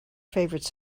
favourite